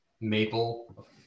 maple